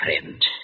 friend